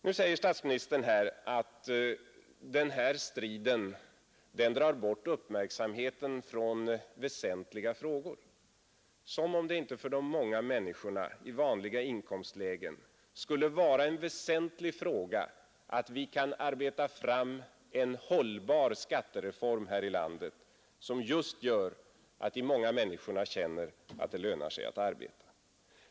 Nu säger statsministern att den här striden drar bort uppmärksamheten från väsentliga frågor. Som om det inte för de många människorna i vanliga inkomstlägen skulle vara en väsentlig fråga att vi kan arbeta fram en hållbar skattereform här i landet, som just gör att de många människorna känner att det lönar sig att arbeta!